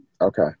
Okay